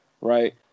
right